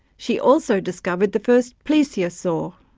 she also discovered the first plesiosaur.